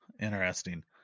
Interesting